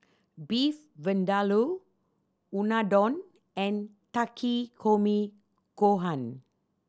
Beef Vindaloo Unadon and Takikomi Gohan